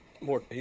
more